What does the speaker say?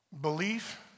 Belief